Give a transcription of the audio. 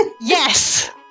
Yes